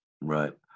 Right